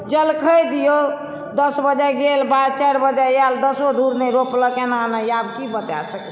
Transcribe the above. जलखै दियौ दस बजे गेल बा चारि बजे आयल दसो धूर नहि रोपलक एनामे आब की बताए सकैत छी